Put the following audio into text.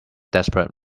desperate